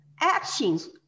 actions